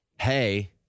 Hey